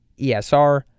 ESR